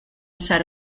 said